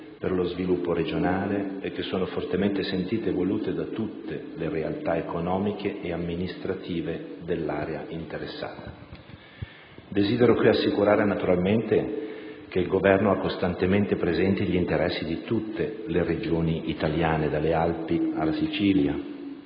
per lo sviluppo regionale e che sono fortemente sentite e volute da tutte le realtà economiche e amministrative dell'area interessata. Desidero qui assicurare, naturalmente, che il Governo ha costantemente presenti gli interessi di tutte le Regioni italiane, dalle Alpi alla Sicilia,